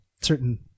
certain